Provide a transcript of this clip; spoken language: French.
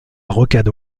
rocade